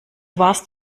warst